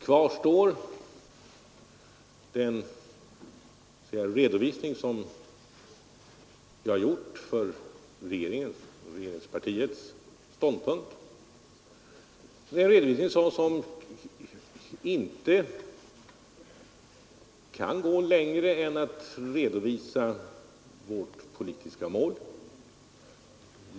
Kvar står den redovisning som jag har gjort för regeringens och regeringspartiets ståndpunkt, en redovisning som inte kan gå längre än till att förklara vårt politiska mål.